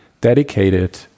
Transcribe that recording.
dedicated